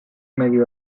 medio